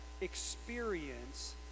experience